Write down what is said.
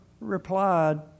replied